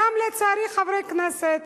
גם, לצערי, חברי כנסת